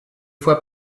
fois